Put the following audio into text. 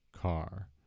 car